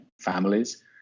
families